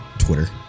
twitter